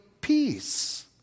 peace